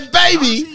baby